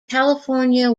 california